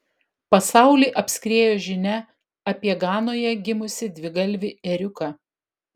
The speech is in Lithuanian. pasaulį apskriejo žinia apie ganoje gimusį dvigalvį ėriuką